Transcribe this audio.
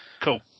Cool